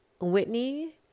Whitney